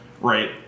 Right